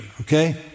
Okay